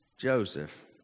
Joseph